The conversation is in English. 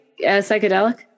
psychedelic